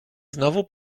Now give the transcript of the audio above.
znowu